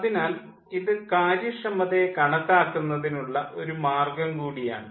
അതിനാൽ ഇത് കാര്യക്ഷമതയെ കണക്കാക്കുനതിനുള്ള ഒരു മാർഗ്ഗം കൂടി ആണ്